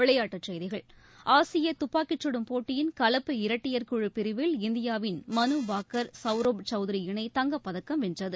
விளையாட்டுச் செய்திகள் ஆசிய துப்பாக்கிச்சுடும் போட்டியின் கலப்பு இரட்டையர் குழு பிரிவில் இந்தியாவின் மனு பாக்கர் சவுரப் சௌத்ரி இணை தங்கப் பதக்கம் வென்றது